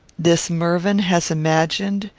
this mervyn has imagined,